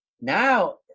Now